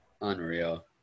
Unreal